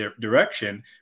direction